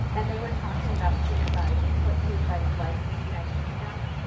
and they were talking about suicide and what suicide is like in the united kingdom,